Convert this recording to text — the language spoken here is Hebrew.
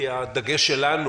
כי הדגש שלנו